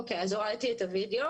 אוקיי, אז הורדתי את הווידאו.